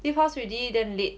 leave house already then late